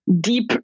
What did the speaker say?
deep